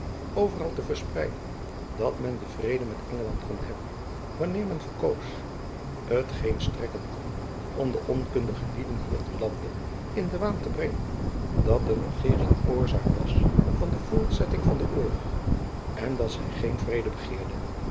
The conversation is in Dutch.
overal te verspreiden dat men den vrede met engeland kon hebben wanneer men verkoos t geen strekken kon om de onkundige lieden hier te lande in den waan te brengen dat de regeering oorzaak was van de voortduring van den oorlog en dat zy geen vrede begeerde